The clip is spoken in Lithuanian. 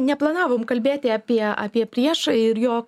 neplanavom kalbėti apie apie priešą ir jo